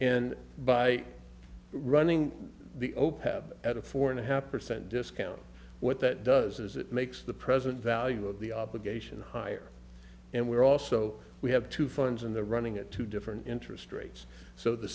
and by running the open at a four and a half percent discount what that does is it makes the present value of the obligation higher and we're also we have to funds in the running at two different interest rates so the